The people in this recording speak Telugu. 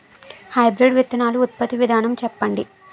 హైబ్రిడ్ విత్తనాలు ఉత్పత్తి విధానం చెప్పండి?